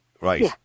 Right